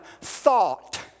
thought